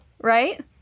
Right